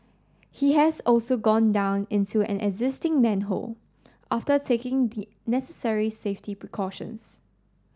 he has also gone down into an existing manhole after taking the necessary safety precautions